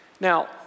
Now